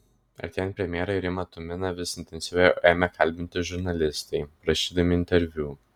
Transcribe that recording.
artėjant premjerai rimą tuminą vis intensyviau ėmė kalbinti žurnalistai prašydami interviu